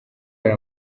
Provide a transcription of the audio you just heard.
hari